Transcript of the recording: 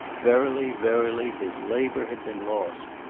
verily, verily, his labour had been lost.